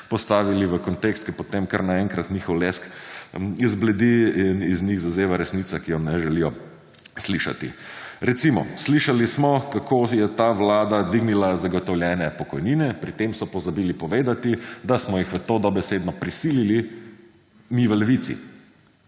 postavili v kontekst, ker potem kar na enkrat njihov lesk izbledi in iz njih zazeva resnica, ki jo ne želijo slišati. Recimo slišali smo kako je ta vlada dvignila zagotovljene pokojnine, pri tem so pozabili povedati, da smo jih v to dobesedno prisilili mi v Levici